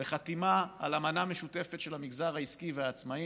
לחתימה על אמנה משותפת של המגזר העסקי והעצמאים.